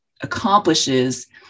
accomplishes